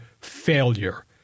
Failure